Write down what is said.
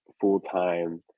full-time